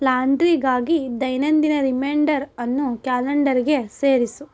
ಲಾಂಡ್ರಿಗಾಗಿ ದೈನಂದಿನ ರಿಮೈಂಡರ್ ಅನ್ನು ಕ್ಯಾಲೆಂಡರ್ಗೆ ಸೇರಿಸು